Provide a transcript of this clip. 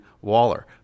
Waller